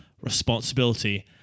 responsibility